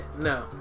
no